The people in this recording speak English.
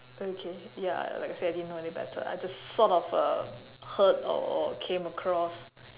okay ya like I said I didn't know any better I just sort of uh heard or came across